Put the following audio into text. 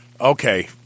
okay